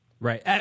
Right